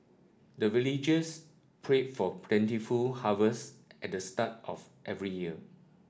the villagers pray for plentiful harvest at the start of every year